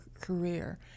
career